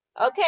okay